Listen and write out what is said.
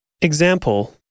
Example